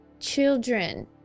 Children